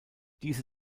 diese